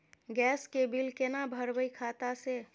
Gas के bill केना भरबै खाता से?